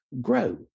grow